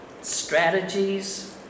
strategies